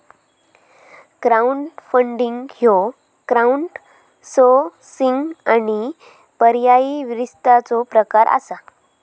crowdfunding ह्यो crowdsourcing आणि पर्यायी वित्ताचो प्रकार असा